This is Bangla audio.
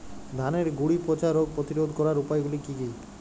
ধানের গুড়ি পচা রোগ প্রতিরোধ করার উপায়গুলি কি কি?